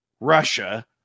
Russia